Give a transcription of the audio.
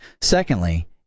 Secondly